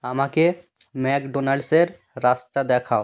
আমাকে ম্যাকডোনাল্ডসের রাস্তা দেখাও